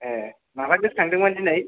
ए माबा गोसोखांदोंमोन दिनै